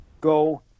go